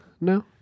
No